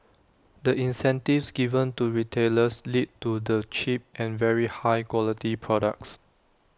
the incentives given to retailers lead to the cheap and very high quality products